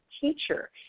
teacher